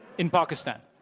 in pakistan.